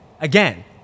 again